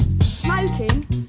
Smoking